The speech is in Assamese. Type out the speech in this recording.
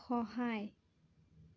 সহায়